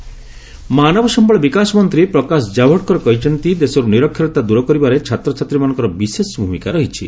ଜାଓଡେକର ଏକ୍ରକେସନ୍ ମାନବ ସମ୍ଭଳ ବିକାଶ ମନ୍ତ୍ରୀ ପ୍ରକାଶ କାୱଡେକର କହିଛନ୍ତି ଦେଶରୁ ନିରକ୍ଷରତା ଦୂର କରିବାରେ ଛାତ୍ରଛାତ୍ରୀମାନଙ୍କର ବିଶେଷ ଭୂମିକା କହିଛି